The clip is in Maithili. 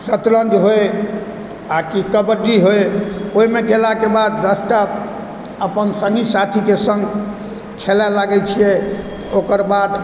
सतरञ्ज होइ आओर कि कबड्डी होइ ओहिमे गेलाके बाद दस टा अपन सङ्गी साथीके सङ्ग खेलाय लागै छियै ओकर बाद